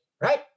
Right